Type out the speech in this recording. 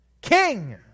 King